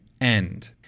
end